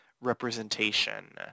representation